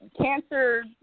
cancer